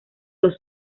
los